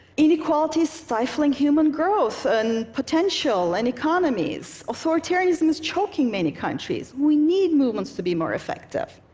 inequality is stifling human growth and potential and economies. authoritarianism is choking many countries. we need movements to be more effective.